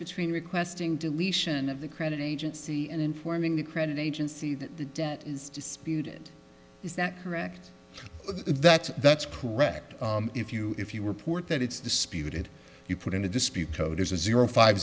between requesting deletion of the credit agency and informing the credit agency that the debt is disputed is that correct that that's correct if you if you were poor that it's disputed you put into dispute code is a zero five